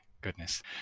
Goodness